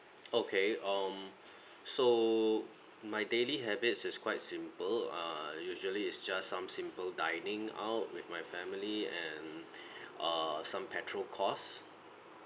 okay um so my daily habits is quite simple err usually is just some simple dining out with my family and err some petrol cost